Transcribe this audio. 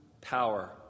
power